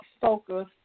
Focus